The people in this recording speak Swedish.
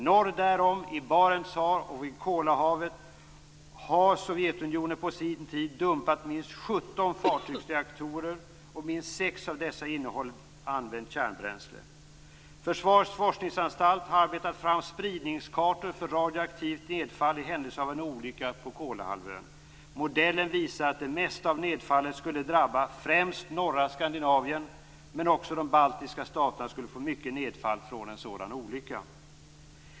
Norr därom, i Barents hav och i havet vid Kola, har Sovjetunionen på sin tid dumpat minst 17 fartygsreaktorer. Minst 6 Försvarets forskningsanstalt har arbetat fram spridningskartor för radioaktivt nedfall i händelse av en olycka på Kolahalvön. Modellen visar att det mesta av nedfallet skulle drabba främst norra Skandinavien, men också de baltiska staterna skulle få mycket nedfall från en sådan olycka.